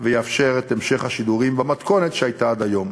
ויאפשר את המשך השידורים במתכונת שהייתה עד היום.